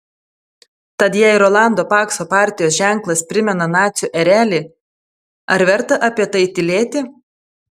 tad jei rolando pakso partijos ženklas primena nacių erelį ar verta apie tai tylėti